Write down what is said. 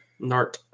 Nart